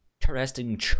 interesting